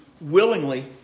willingly